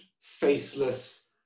faceless